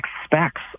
expects